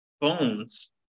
bones